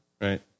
Right